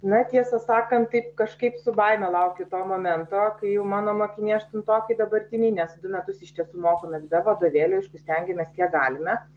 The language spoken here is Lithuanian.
na tiesą sakant taip kažkaip su baime laukiu to momento kai jau mano mokiniai aštuntokai dabartiniai nes du metus iš tiesų mokomės be vadovėlių aišku stengiamės kiek galime